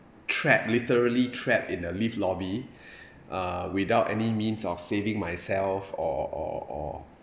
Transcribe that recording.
trapped literally trapped in a lift lobby uh without any means of saving myself or or or